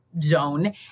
zone